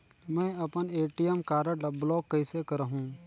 मै अपन ATM card ल ब्लाक कइसे करहूं?